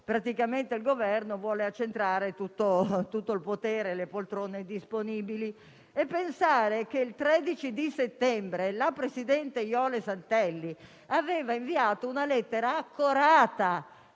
nazionale vuole accentrare tutto il potere e le poltrone disponibili. E pensare che il 13 settembre il presidente Jole Santelli aveva inviato una lettera accorata